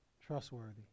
Trustworthy